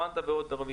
רואנדה ועוד מדינה